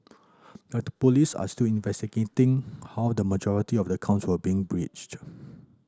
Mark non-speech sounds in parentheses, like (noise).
(noise) the police are still investigating how the majority of the accounts were breached (noise)